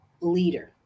leader